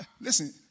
listen